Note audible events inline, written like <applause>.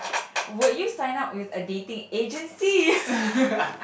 would you sign up with a dating agency <laughs>